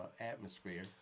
atmosphere